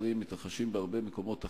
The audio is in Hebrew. לצערי הם מתרחשים בהרבה מקומות אחרים.